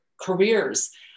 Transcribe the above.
careers